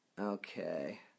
Okay